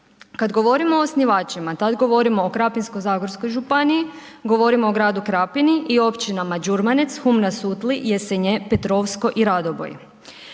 Kad govorimo o osnivačima tad govorimo o Krapinsko-zagorskoj županiji, govorimo o gradu Krapini i općinama Đurmanec, Hum na Sutli, Jesenje, Petrovsko i Radoboj.